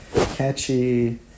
catchy